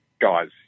guys